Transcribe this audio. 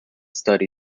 study